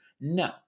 no